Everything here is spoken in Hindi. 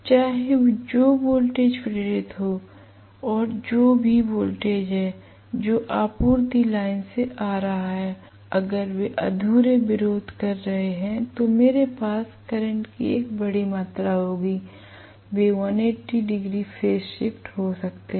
चाहे जो वोल्टेज प्रेरित थे और जो भी वोल्टेज है जो आपूर्ति लाइन से आ रहा है अगर वे अधूरे विरोध कर रहे हैं तो मेरे पास करंट की एक बड़ी मात्रा होगी वे 180 डिग्री फेज़ शिफ्ट हो सकते हैं